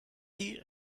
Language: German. die